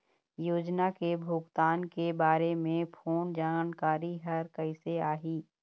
योजना के भुगतान के बारे मे फोन जानकारी हर कइसे आही?